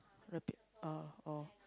repute uh oh